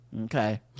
Okay